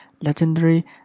legendary